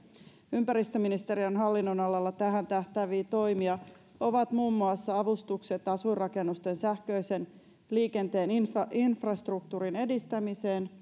ympäristöministeriön hallinnonalalla tähän tähtääviä toimia ovat muun muassa avustukset asuinrakennusten sähköisen liikenteen infrastruktuurin edistämiseen